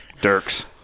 Dirks